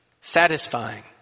satisfying